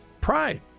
Pride